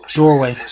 doorway